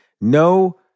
No